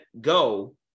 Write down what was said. go